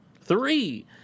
Three